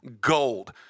gold